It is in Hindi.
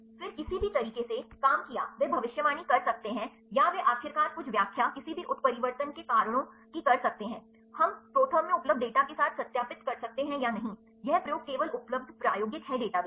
फिर किसी भी तरीके से काम किया वे भविष्यवाणी कर सकते हैं या वे आखिरकारकुछव्याख्या किसी भी उत्परिवर्तन केकारणों कीकर सकते हैं हम प्रोथर्म में उपलब्ध डेटा के साथ सत्यापित कर सकते हैं या नहीं यह प्रयोग केवल उपलब्ध प्रायोगिक है डेटाबेस